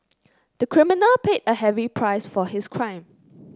the criminal paid a heavy price for his crime